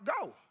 go